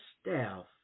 staff